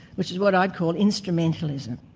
which is what i'd call instrumentalism.